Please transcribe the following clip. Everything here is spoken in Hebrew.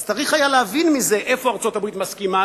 אז צריך היה להבין מזה איפה ארצות-הברית מסכימה